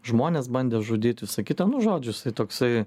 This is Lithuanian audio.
žmones bandė žudyt visa kita nu žodžiu jisai toksai